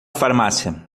farmácia